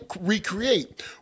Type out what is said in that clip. recreate